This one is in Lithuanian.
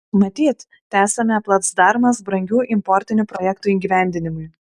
matyt tesame placdarmas brangių importinių projektų įgyvendinimui